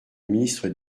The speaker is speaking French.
ministre